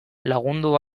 lagundu